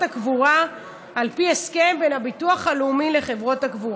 הקבורה על פי הסכם בין הביטוח הלאומי לחברות הקבורה.